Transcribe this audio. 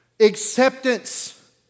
acceptance